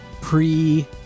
pre